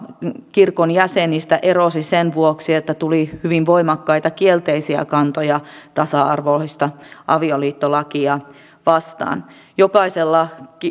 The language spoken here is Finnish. kirkon jäsenistä erosi sen vuoksi että tuli hyvin voimakkaita kielteisiä kantoja tasa arvoista avioliittolakia vastaan jokaisella